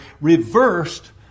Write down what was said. reversed